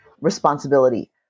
responsibility